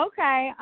Okay